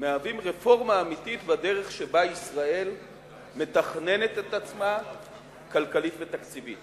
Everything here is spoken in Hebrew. מהווים רפורמה אמיתית בדרך שבה ישראל מתכננת את עצמה כלכלית ותקציבית.